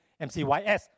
MCYS